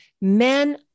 men